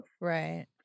Right